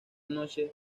noche